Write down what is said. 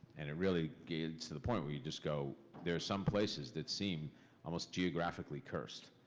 and it really gets to the point were you just go, there's some places that seem almost geographically cursed.